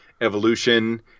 Evolution